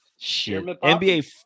NBA